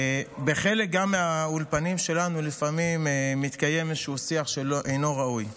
גם בחלק מהאולפנים שלנו לפעמים מתקיים איזשהו שיח שאינו ראוי.